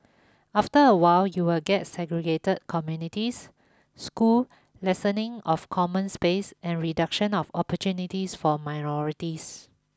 after a while you will get segregated communities schools lessoning of common space and reduction of opportunities for minorities